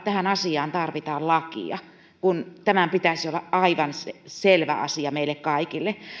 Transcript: tähän asiaan tarvitaan lakia kun tämän pitäisi olla aivan selvä asia meille kaikille